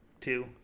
two